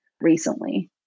recently